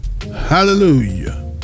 Hallelujah